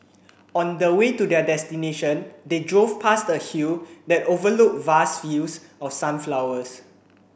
on the way to their destination they drove past a hill that overlooked vast fields of sunflowers